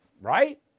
Right